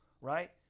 right